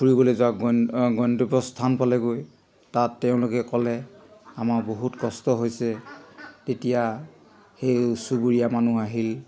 ফুৰিবলৈ যোৱা গণ গন্তব্য স্থান পালেগৈ তাত তেওঁলোকে ক'লে আমাৰ বহুত কষ্ট হৈছে তেতিয়া সেই চুবুৰীয়া মানুহ আহিল